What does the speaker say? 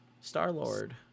Star-Lord